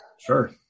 Sure